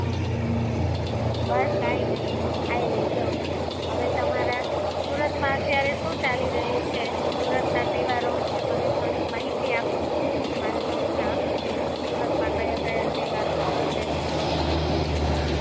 હ બસ કાંઈ નહીં આ રહી જો હવે તમારા સુરતમાં અત્યારે શું ચાલી રહ્યું છે સુરતના તહેવારો વિશે મને થોડીક માહિતી આપો મારે થોડું જાણવું છે સુરતમાં કયા કયા તહેવારો સેલિબ્રેટ કરો છો તે બધું